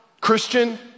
Christian